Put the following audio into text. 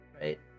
right